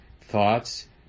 thoughts